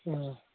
اۭں